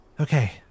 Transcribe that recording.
Okay